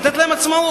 לתת להם עצמאות.